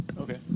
Okay